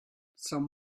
some